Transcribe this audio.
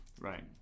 Right